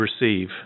receive